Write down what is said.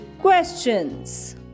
questions